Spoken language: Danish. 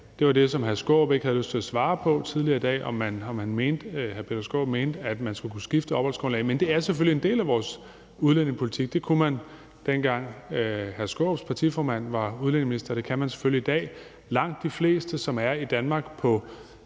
Det var det, hr. Peter Skaarup ikke havde lyst til at svare på tidligere i dag, altså om hr. Peter Skaarup mente, at man skulle kunne skifte opholdsgrundlag. Men det er selvfølgelig en del af vores udlændingepolitik. Det kunne man, dengang hr. Peter Skaarups partiformand var udlændingeminister, og det kan man selvfølgelig i dag. Langt de fleste, som er i Danmark som